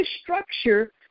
structure